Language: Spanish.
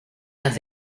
has